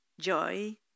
joy